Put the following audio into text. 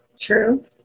True